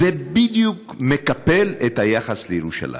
זה בדיוק מקפל את היחס לירושלים.